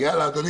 בלי לבקש אנשים